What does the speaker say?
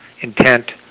intent